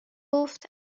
گفت